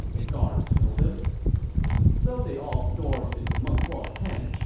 the guards told him so they all stormed into meng huo's tent,